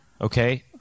Okay